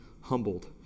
humbled